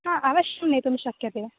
हा अवश्यं नेतुं शक्यते